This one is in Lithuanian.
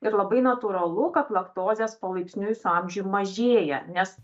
ir labai natūralu kad laktozės palaipsniui su amžium mažėja nes